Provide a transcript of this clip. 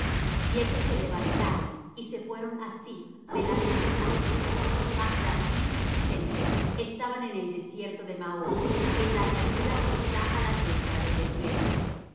y ellos se levantaron y se fueron á ziph delante de saúl mas david y su gente estaban en el desierto de maón en la llanura que está á la diestra del desierto